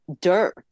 dirt